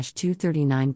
239